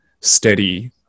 steady